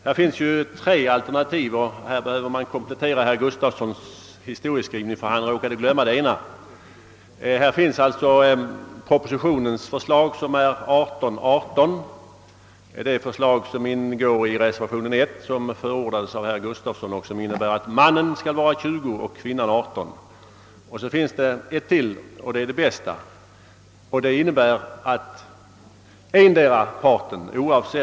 Det finns tre alternativ att välja emellan, och här behöver herr Gustafssons redogörelse kompletteras — han råkade nämligen glömma ett av dem. Propositionens förslag är alltså 18—18. Förslaget i reservation 1, som förordades av herr Gustafsson, innebär att mannen skall vara 20 och kvinnan 18 år. Och så finns det ytterligare ett förslag, och det är det bästa och det var det som herr Gustafsson glömde.